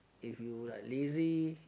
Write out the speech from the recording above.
if you like lazy